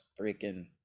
freaking